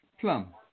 Plum